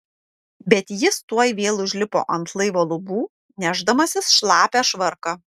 bet jis tuoj vėl užlipo ant laivo lubų nešdamasis šlapią švarką